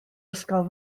ysgol